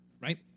right